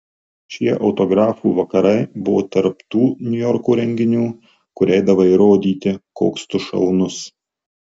šie autografų vakarai buvo tarp tų niujorko renginių kur eidavai įrodyti koks tu šaunus